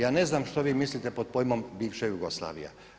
Ja ne znam što vi mislite pod pojmom bivša Jugoslavija.